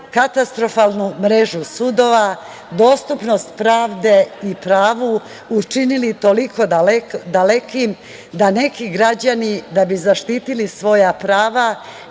katastrofalnu mrežu sudova, dostupnost pravde i pravu, učinili toliko dalekim, da neki građani, da bi zaštitili svoja prava